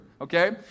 okay